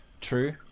True